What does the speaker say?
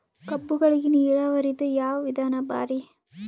ಕಬ್ಬುಗಳಿಗಿ ನೀರಾವರಿದ ಯಾವ ವಿಧಾನ ಭಾರಿ?